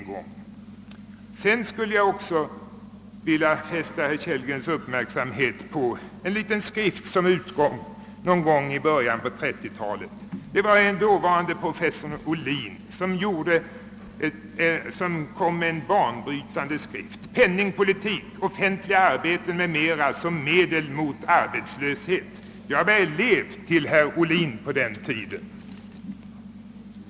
Jag skulle också vilja fästa herr Kellgrens uppmärksamhet på en liten skrift som utkom någon gång under 1930-talet. Professor Ohlin publicerade då en banbrytande skrift som hette »Penningpolitik, offentliga arbeten m.m. som medel mot arbetslöshet». Jag var elev till herr Ohlin på den tiden. Min uppfattning i dessa frågor är över 30 år gammal.